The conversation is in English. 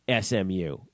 SMU